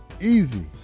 Easy